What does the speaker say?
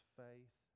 faith